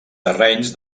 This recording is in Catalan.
terrenys